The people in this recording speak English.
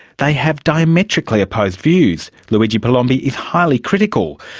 they have diametrically opposed views luigi palombi is highly critical.